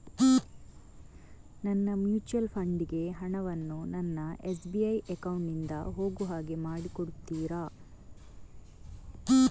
ನನ್ನ mutual fund ಗೆ ಹಣ ವನ್ನು ನನ್ನ ಎಸ್.ಬಿ ಅಕೌಂಟ್ ನಿಂದ ಹೋಗು ಹಾಗೆ ಮಾಡಿಕೊಡುತ್ತೀರಾ?